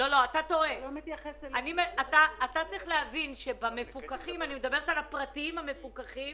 אתה צריך להבין שיש 700 מעונות פרטיים מפוקחים